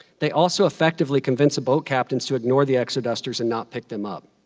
they also effectively convinced the boat captains to ignore the exodusters and not pick them up.